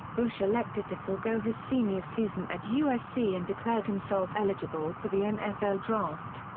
bush elected to forgo his senior season at usc and declared himself eligible for the nfl draft.